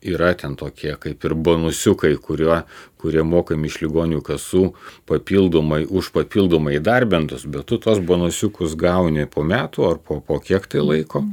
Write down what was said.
yra ten tokie kaip ir bonusiukai kuriuo kurie mokami iš ligonių kasų papildomai už papildomai įdarbintus bet tu tuos bonusiukus gauni po metų ar po po kiek laiko